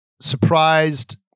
surprised